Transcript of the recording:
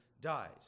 dies